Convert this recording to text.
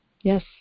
Yes